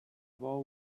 bou